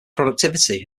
productivity